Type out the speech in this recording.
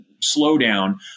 slowdown